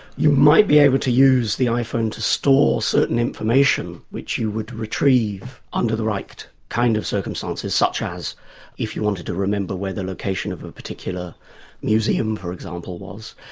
you might be able to use the iphone to store certain information which you would retrieve under the right kind of circumstances, such as if you wanted to remember where the location of a particular museum, for example, was.